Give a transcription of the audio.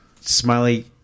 Smiley